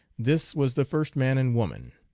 this was the first man and woman.